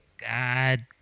God